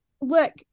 look